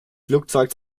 flugzeug